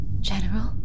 General